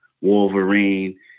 Wolverine